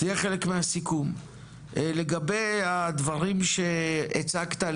לגבי הדברים שהצגת,